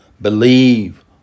believe